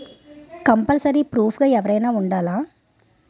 Compulsory proof గా ఎవరైనా ఉండాలా?